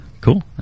Cool